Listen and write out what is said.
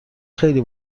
خیلی